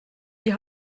die